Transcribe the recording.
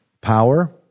power